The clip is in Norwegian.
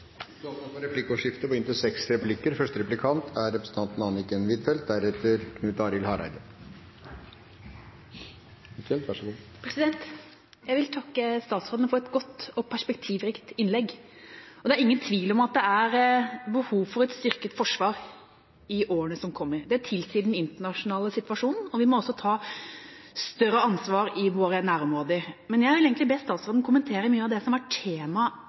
replikkordskifte. Jeg vil takke statsråden for et godt og perspektivrikt innlegg. Det er ingen tvil om at det er behov for et styrket forsvar i årene som kommer. Det tilsier den internasjonale situasjonen, og vi må også ta større ansvar i våre nærområder. Men jeg vil egentlig be statsråden kommentere mye av det som